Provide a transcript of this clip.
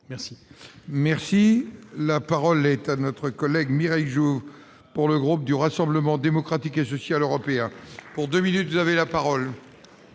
Merci,